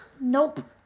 Nope